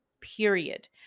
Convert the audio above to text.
period